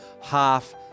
half